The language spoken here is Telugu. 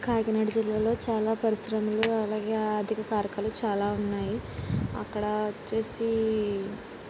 కాకినాడ జిల్లాలో చాలా పరిశ్రమలు అలాగే ఆర్థిక కార్యకాలు చాలా ఉన్నాయి అక్కడ వచ్చేసి